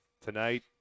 Tonight